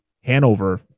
Hanover